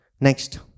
Next